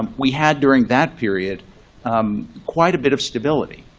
um we had during that period quite a bit of stability,